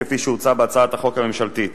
כפי שהוצע בהצעת החוק הממשלתית.